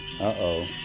Uh-oh